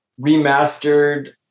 remastered